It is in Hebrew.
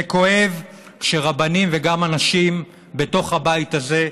זה כואב כשרבנים, וגם אנשים בתוך הבית הזה,